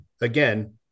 again